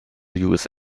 usa